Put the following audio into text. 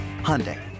Hyundai